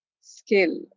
skill